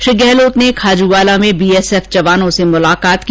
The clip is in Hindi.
श्री गहलोत ने खाजूवाला में बीएसएफ जवानों से मुलाकात की